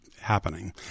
happening